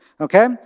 okay